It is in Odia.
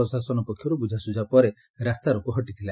ପ୍ରଶାସନ ପକ୍ଷରୁ ବୁଝାସୁଝା ପରେ ରାସ୍ତାରୋକୋ ହଟିଥିଲା